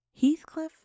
Heathcliff